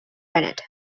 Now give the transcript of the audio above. bennett